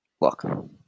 Look